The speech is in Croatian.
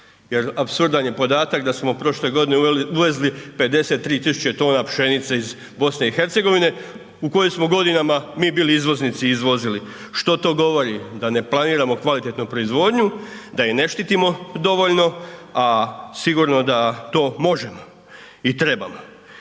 Jer apsurdan je podatak da smo prošle godine uvezli 53 tisuće tona pšenice iz BiH u kojoj smo godinama mi bili izvoznici i izvozili. Što to govori da ne planiramo kvalitetnu proizvodnju, da je ne štiti dovoljno a sigurno da to možemo i trebamo.